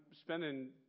spending